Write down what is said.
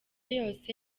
yose